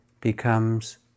becomes